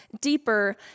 deeper